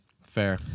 Fair